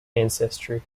ancestry